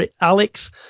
alex